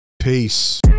Peace